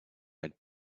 red